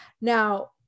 Now